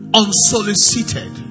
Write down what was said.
unsolicited